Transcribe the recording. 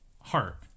heart